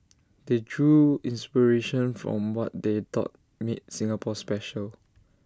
they drew inspiration from what they thought made Singapore special